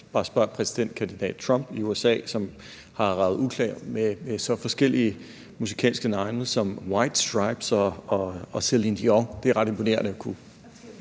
sammen. Bare spørg præsidentkandidat Trump i USA, som har raget uklar med så forskellige musikalske navne som The Whites Stripes og Céline Dion og i øvrigt Taylor Swift. Det er ret imponerende at kunne